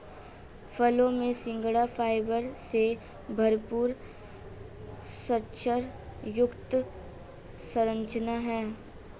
फलों में सिंघाड़ा फाइबर से भरपूर स्टार्च युक्त संरचना है